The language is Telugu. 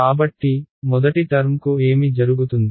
కాబట్టి మొదటి టర్మ్కు ఏమి జరుగుతుంది